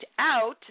out